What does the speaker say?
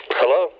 hello